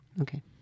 Okay